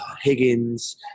Higgins